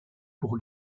pour